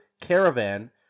caravan